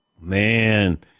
Man